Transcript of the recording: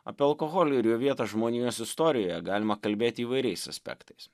apie alkoholį ir jo vietą žmonijos istorijoje galima kalbėti įvairiais aspektais